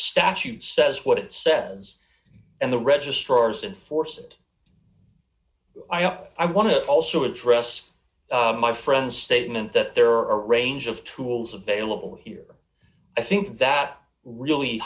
statute says what it says and the registrars enforce it i want to also address my friend's statement that there are a range of tools available here i think that really